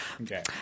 Okay